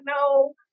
no